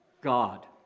God